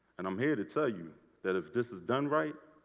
and i'm here to tell you that if this is done right,